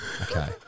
Okay